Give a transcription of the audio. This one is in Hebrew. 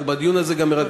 אנחנו בדיון הזה גם מרכזים,